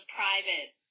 private